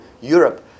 Europe